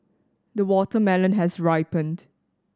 the watermelon has ripened